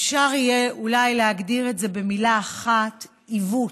אפשר יהיה אולי להגדיר את זה במילה אחת: עיוות.